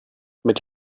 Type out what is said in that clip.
mit